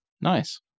Nice